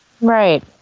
right